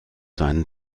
seinen